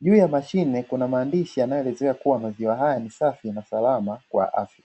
juu ya mashine kuna maandishi yanayoelezea kuwa maziwa haya ni safi na salama kwa afya.